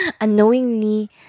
unknowingly